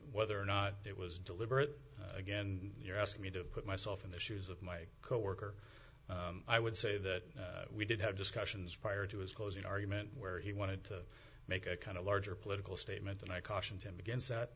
whether or not it was deliberate again you're asking me to put myself in the shoes of my coworker i would say that we did have discussions prior to his closing argument where he wanted to make a kind of larger political statement than i cautioned him against that